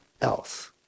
else